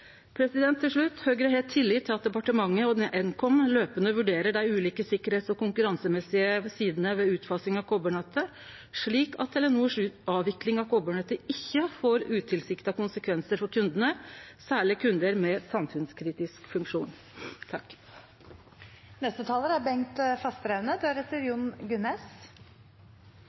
Til slutt: Høgre har tillit til at departementet og Nkom løpande vurderer dei ulike sidene innan sikkerheit og konkurranse ved utfasing av koparnettet, slik at Telenors avvikling av koparnettet ikkje får utilsikta konsekvensar for kundane, særleg kundar med samfunnskritisk funksjon. Dette representantforslaget er